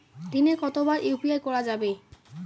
দিনে কতবার ইউ.পি.আই করা যাবে?